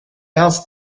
asked